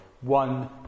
one